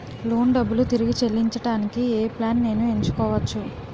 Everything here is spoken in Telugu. లోన్ డబ్బులు తిరిగి చెల్లించటానికి ఏ ప్లాన్ నేను ఎంచుకోవచ్చు?